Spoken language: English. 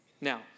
Now